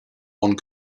one